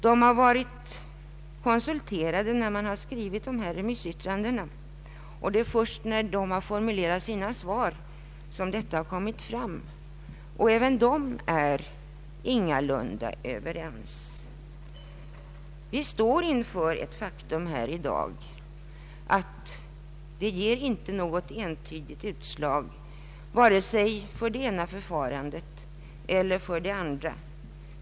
De har Ikonsulterats när man har skrivit remissyttrandena, vilket kommit fram först när de har formulerat sina svar i studiegrupperna. Inte heller de är överens. Vi står inför det faktum att vi inte fått något entydigt utslag vare sig för det ena förfarandet eller för det andra.